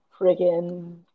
friggin